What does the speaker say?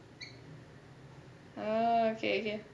orh okay okay